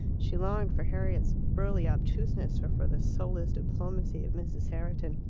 she longed for harriet's burly obtuseness or for the soulless diplomacy of mrs. herriton.